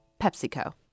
PepsiCo